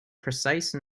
precise